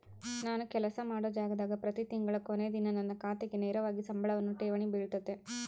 ನಾನು ಕೆಲಸ ಮಾಡೊ ಜಾಗದಾಗ ಪ್ರತಿ ತಿಂಗಳ ಕೊನೆ ದಿನ ನನ್ನ ಖಾತೆಗೆ ನೇರವಾಗಿ ಸಂಬಳವನ್ನು ಠೇವಣಿ ಬಿಳುತತೆ